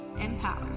Empower